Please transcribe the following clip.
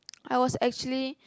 I was actually